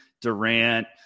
Durant